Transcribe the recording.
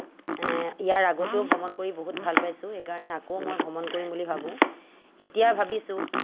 ইয়াৰ আগতেও ভ্ৰমণ কৰি বহুত ভাল পাইছোঁ সেইকাৰণে আকৌ মই ভ্ৰমণ কৰিম বুলি ভাবোঁ এতিয়া ভাবিছোঁ